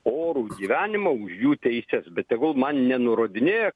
orų gyvenimą už jų teises bet tegul man nenurodinėja